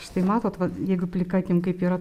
štai matot va jeigu plika akim kaip yra